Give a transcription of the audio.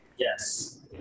Yes